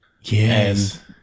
Yes